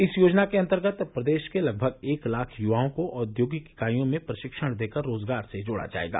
इस योजना के अंतर्गत प्रदेश के लगभग एक लाख युवाओं को औद्योगिक इकाइयों में प्रशिक्षण देकर रोजगार से जोड़ा जाएगा